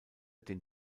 den